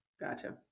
Gotcha